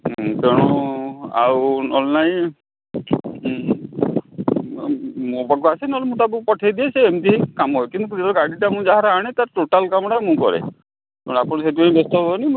ତେଣୁ ଆଉ ନହେଲେ ନାହିଁ ମୋ ପାଖକୁ ଆସେ ନହେଲେ ମୁଁ ତାକୁ ପଠେଇ ଦିଏ ସେ ଏମିତି ହିଁ କାମ କିନ୍ତୁ ଗାଡ଼ିଟା ମୁଁ ଯାହାର ଆଣେ ତା'ର ଟୋଟାଲ୍ କାମଟା ମୁଁ କରେ ନହେଲେ ଆପଣ ସେଥିପାଇଁ ବ୍ୟସ୍ତ ହୁଏନି